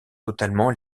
totalement